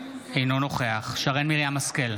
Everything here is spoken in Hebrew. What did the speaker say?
אינו נוכח שרן מרים השכל,